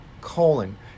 colon